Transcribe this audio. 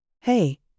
Hey